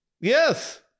Yes